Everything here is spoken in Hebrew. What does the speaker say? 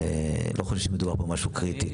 לא חושב שמדובר פה במשהו קריטי,